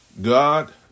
God